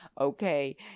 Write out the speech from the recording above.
okay